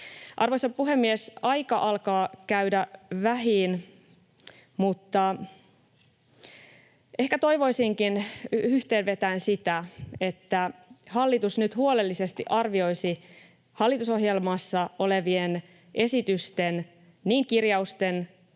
Arvoisa puhemies! Aika alkaa käydä vähiin. Mutta ehkä toivoisinkin yhteen vetäen sitä, että hallitus nyt huolellisesti arvioisi hallitusohjelmassa olevien esitysten, niin kirjausten